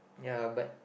ya but